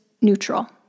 neutral